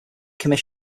three